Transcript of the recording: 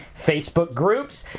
facebook groups,